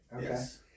Yes